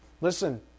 Listen